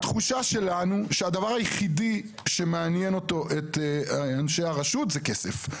התחושה שלנו שהדבר היחיד שמעניין את ראשי הרשות זה כסף.